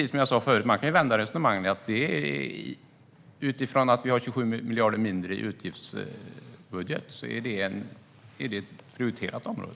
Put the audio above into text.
Som jag sa förut kan man vända på resonemanget; utifrån att vi har 27 miljarder mindre i utgiftsbudget är det ett prioriterat område.